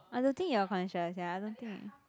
I don't think you're conscious ya I don't think